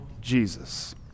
Jesus